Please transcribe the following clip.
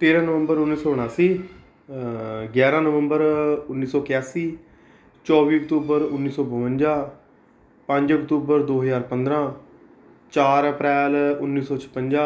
ਤੇਰ੍ਹਾਂ ਨਵੰਬਰ ਉੱਨੀ ਸੌ ਉਣਾਸੀ ਗਿਆਰ੍ਹਾਂ ਨਵੰਬਰ ਉੱਨੀ ਸੌ ਇਕਿਆਸੀ ਚੌਵੀ ਅਕਤੂਬਰ ਉੱਨੀ ਸੌ ਬਵੰਜਾ ਪੰਜ ਅਕਤੂਬਰ ਦੋ ਹਜ਼ਾਰ ਪੰਦਰਾਂ ਚਾਰ ਅਪ੍ਰੈਲ ਉੱਨੀ ਸੌ ਛਪੰਜਾ